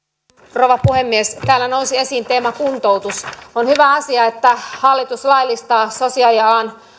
rouva puhemies täällä nousi esiin kuntoutus teema on hyvä asia että hallitus laillistaa sosiaalialan